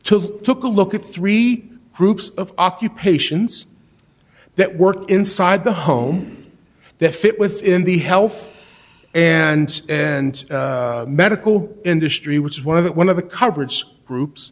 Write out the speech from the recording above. to took a look at three groups of occupations that work inside the home that fit within the health and medical industry which is one of one of the coverage groups